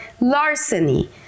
larceny